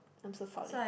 I'm so sorry